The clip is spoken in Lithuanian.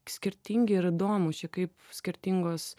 skirtingi ir įdomūs čia kaip skirtingos